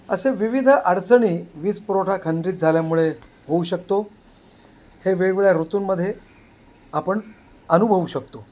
असे विविध अडचणी वीज पुरवठा खंडित झाल्यामुळे होऊ शकतो हे वेगवेगळ्या ऋतूंमध्ये आपण अनुभवू शकतो